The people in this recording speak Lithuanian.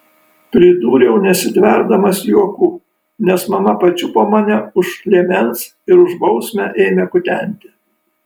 pridūriau nesitverdamas juoku nes mama pačiupo mane už liemens ir už bausmę ėmė kutenti